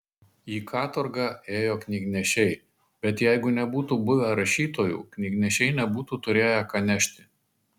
į katorgą ėjo knygnešiai bet jeigu nebūtų buvę rašytojų knygnešiai nebūtų turėję ką nešti